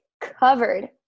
covered